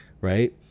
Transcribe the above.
right